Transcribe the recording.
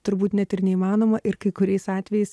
turbūt net ir neįmanoma ir kai kuriais atvejais